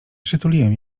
przytuliłem